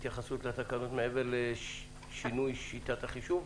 האם יש לכם משהו להסביר מעבר לשינוי שיטת החישוב?